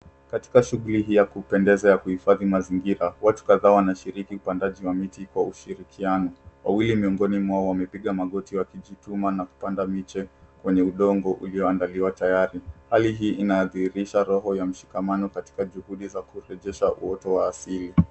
Katika shughuli hii ya kupendeza ya kuhifadhi mazingira, watu kadhaa wanashiriki upandaji wa miti kwa ushirikiano. Wawili miongoni mwao wamepiga magoti wakijituma na kupanda miche kwenye udongo ulioandaliwa tayari. Hali hii inadhihirisha roho ya mshikamano katika juhudi za kurejesha uoto wa asili.